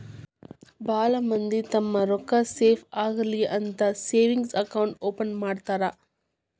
ಭಾಳ್ ಮಂದಿ ತಮ್ಮ್ ರೊಕ್ಕಾ ಸೇಫ್ ಆಗಿರ್ಲಿ ಅಂತ ಸೇವಿಂಗ್ಸ್ ಅಕೌಂಟ್ ಓಪನ್ ಮಾಡ್ತಾರಾ